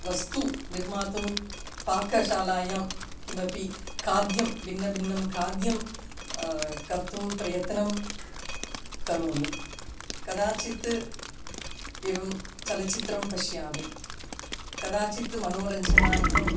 वस्तु निर्मातुं पाकशालायां किमपि खाद्यं भिन्नं भिन्नं खाद्यं कर्तुं प्रयत्नं करोमि कदाचित् एवं चलचित्रं पश्यामि कदाचित् मनोरञ्जनार्थम्